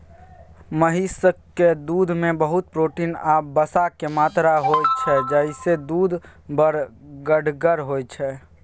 महिषक दुधमे बहुत प्रोटीन आ बसाक मात्रा होइ छै जाहिसँ दुध बड़ गढ़गर होइ छै